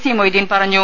C Moideen പറഞ്ഞു